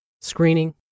screening